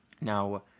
Now